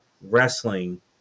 wrestling